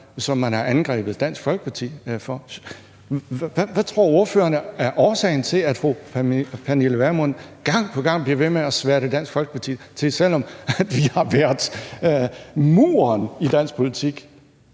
som man har angrebet Dansk Folkeparti for? Hvad tror ordføreren er årsagen til, at fru Pernille Vermund gang på gang bliver ved med at sværte Dansk Folkeparti til, selv om vi har været muren i dansk politik?